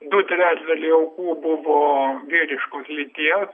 du trečdaliai aukų buvo vyriškos lyties